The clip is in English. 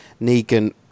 negan